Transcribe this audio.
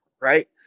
Right